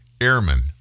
Airmen